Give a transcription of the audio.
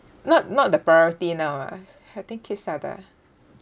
not not the priority now ah I think kids are the